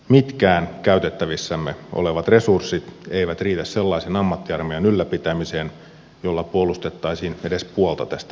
mitkään käytettävissämme olevat resurssit eivät riitä sellaisen ammattiarmeijan ylläpitämiseen jolla puolustettaisiin edes puolta tästä maasta